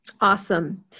Awesome